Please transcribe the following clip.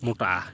ᱢᱚᱴᱟᱜᱼᱟ